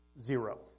zero